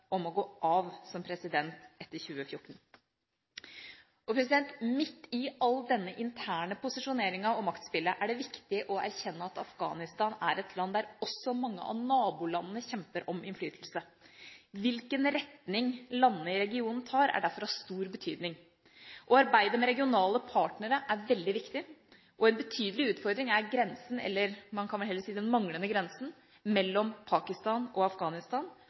om å gå av som president etter 2014. Midt i all denne interne posisjoneringen og maktspillet er det viktig å erkjenne at Afghanistan er et land der også mange av nabolandene kjemper om innflytelse. Hvilken retning landene i regionen tar, er derfor av stor betydning. Å arbeide med regionale partnere er veldig viktig, og en betydelig utfordring er grensen – eller man kan vel heller si den manglende grensen – mellom Pakistan og Afghanistan